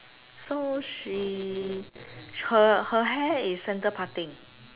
so she her her hair is centre parting